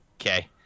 Okay